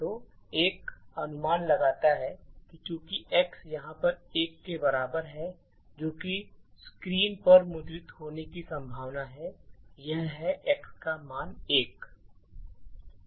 तो एक अनुमान लगाता है कि चूंकि x यहाँ पर एक के बराबर है जो कि स्क्रीन पर मुद्रित होने की संभावना है यह है कि x का मान 1 है